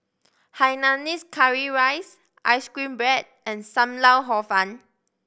hainanese curry rice ice cream bread and Sam Lau Hor Fun